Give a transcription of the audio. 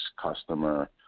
customer